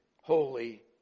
holy